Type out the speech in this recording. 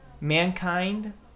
Mankind